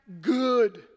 good